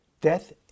death